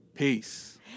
Peace